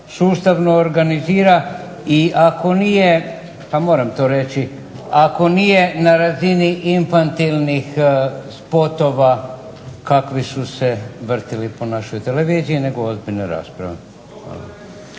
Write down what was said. sustavno organizira i ako nije na razini infantilnih spotova kakvi su se vrtili po našoj televiziji nego ozbiljne rasprave.